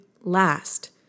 last